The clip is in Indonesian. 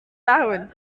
tahun